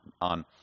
on